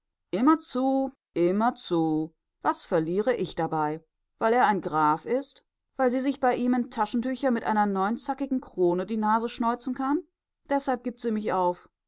zu immer zu was verliere ich dabei weil er ein graf ist weil sie sich bei ihm in taschentücher mit einer neunzackigen krone die nase schneuzen kann deshalb gibt sie mich auf